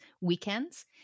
weekends